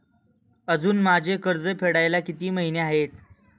अजुन माझे कर्ज फेडायला किती महिने आहेत?